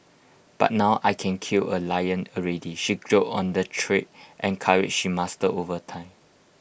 but now I can kill A lion already she joked on the trade and courage she mastered over time